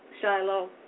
Shiloh